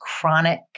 chronic